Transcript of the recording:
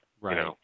Right